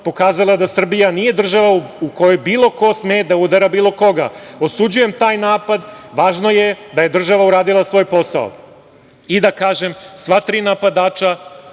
pokazala je da Srbija nije država u kojoj bilo ko sme da udara bilo koga. Osuđujem taj napad. Važno je da je država uradila svoj posao, i da kažem sva tri napadača